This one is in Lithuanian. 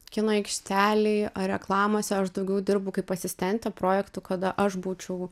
kino aikštelėj ar reklamose aš daugiau dirbu kaip asistentė projektų kada aš būčiau